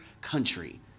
country